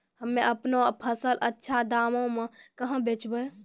हम्मे आपनौ फसल अच्छा दामों मे कहाँ बेचबै?